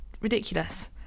ridiculous